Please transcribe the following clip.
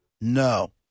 No